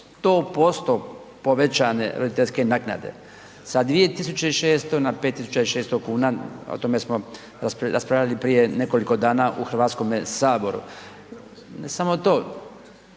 100% povećane roditeljske naknade, 2600 na 5600 kn, o tome smo raspravljali prije nekoliko dana u Hrvatskome saboru. Ne samo to,